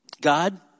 God